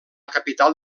capital